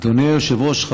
אדוני היושב-ראש,